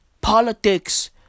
Politics